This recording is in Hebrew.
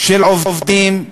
של עובדים,